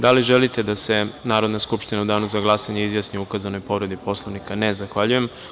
Da li želite da se Narodna skupština u danu za glasanje izjasni o ukazanoj povredi Poslovnika? (Ne.) Zahvaljujem.